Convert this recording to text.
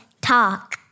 talk